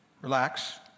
relax